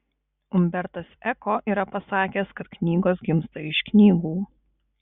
umbertas eko yra pasakęs kad knygos gimsta iš knygų